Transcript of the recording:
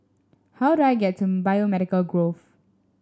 how do I get to Biomedical Grove